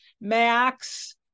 Max